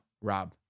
Rob